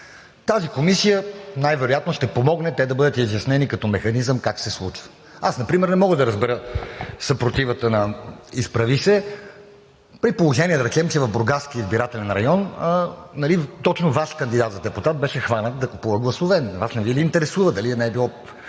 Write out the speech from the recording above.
Тази комисия най-вероятно ще помогне те да бъдат изяснени като механизъм как се случват. Аз например не мога да разбера съпротивата на „Изправи се!“ при положение, да речем, че в Бургаския избирателен район точно Ваш кандидат за депутат беше хванат да купува гласове. Вас не Ви ли интересува дали не е била